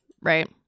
right